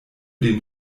den